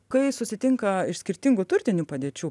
kai susitinka iš skirtingų turtinių padėčių